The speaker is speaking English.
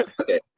Okay